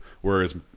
Whereas